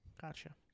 Gotcha